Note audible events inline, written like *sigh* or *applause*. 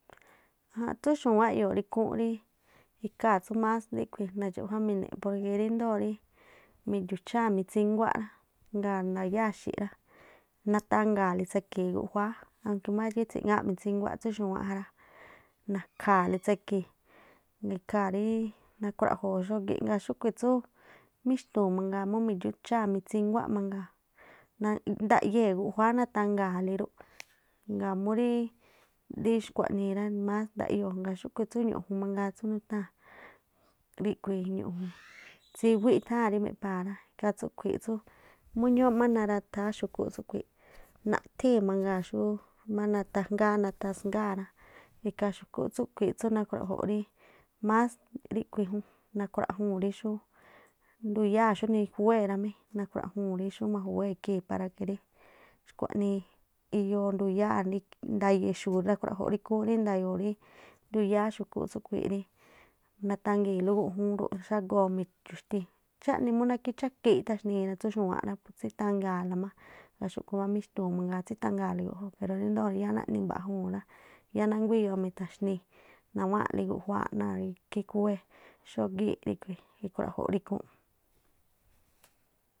Tsú́ xu̱wáánꞌ e̱yo̱o̱ rí ikhúún rí ikhaa̱ tsú más ríꞌkhui̱ nadxaꞌjuámineꞌ porque ríndo̱o rí midxu̱cháa̱ mitsíŋguá rá ngaa̱ ndayáa̱ xi̱ꞌ rá, natanga̱a̱le tsekhi̱̱i̱ guꞌjuáá aunque má ayútsi̱ꞌŋáa̱ꞌ mitsínguá tsú xu̱wáánꞌ ja rá, na̱kha̱a̱le *noise* tsekhi̱i̱ ikhaa̱ rí nakruaꞌjo̱o̱ xógíꞌ. Ngaa̱ xúꞌkhui tsú míxtu̱u̱n mangaa mú midxu̱cháa̱ mitsínguáꞌ mangaa̱ naꞌ- nadaꞌyee̱ guꞌjuáá natanga̱a̱le rúꞌ, ngaa̱ múrí xkuaꞌnii rá más ndaꞌyoo̱. Ngaa̱ xúꞌkhu̱ tsú ñu̱ꞌju̱n mangaa tsú nutháa̱n ríꞌkhuii ñu̱ꞌju̱n *noise* tsíwíꞌ itháa̱ṉ rí meꞌpha̱a̱ rá, ikhaa tsúꞌkhui̱ tsú mú ñúúꞌ má naratháán xu̱kúꞌ tsúꞌkhui̱i̱ꞌ, naꞌthíi̱n mangaa xú má nathángaa natasngáa̱ rá, ikhaa xu̱kúꞌ tsúꞌkhui̱i̱ꞌ tsú nkhruaꞌjo̱o̱ rí más ríꞌkhui̱ jún, nakhruaꞌjuu̱n rí xú nduyáa̱ xúnii khúwée̱ rámí nakhruaꞌjúu̱n rí xú maju̱wé ikhii̱n para que rí xkua̱nii iyoo nduyáa̱ *unintelligible* nda̱ya̱xu̱u̱ nakruaꞌjo̱ꞌ rí ikhúún rí nda̱yo̱o̱ rí nduyáá xu̱kú tsúꞌkhui̱ rí natangi̱i̱nlú guꞌjúún rúꞌ rí xágoo midxuxtii̱n. Xáꞌni mú nákhí dxákii̱nꞌ ítha̱xni̱i tsú xu̱wáánꞌ rá, phú tsítanga̱a̱la má. Ngaa̱ xúꞌkhu̱ má mixtuun mangaa tsítanga̱a̱le guꞌjoo̱pero ríndóo̱ rí yáá naꞌni mba̱ꞌjuu̱n rá yáá nánguá iyoo mi̱tha̱xnii̱, nawáa̱nlí guꞌjuááꞌ náa̱ guꞌjuáá náa̱ rí khí khúwée̱. Xógí́ꞌ ríꞌkhui̱ ikhruaꞌjo̱ rí ikhúún.